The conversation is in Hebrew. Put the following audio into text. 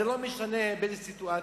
זה לא משנה באיזו סיטואציה,